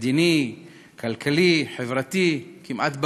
מדיני, כלכלי, חברתי, כמעט בכול,